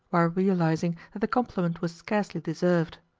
while realising that the compliment was scarcely deserved.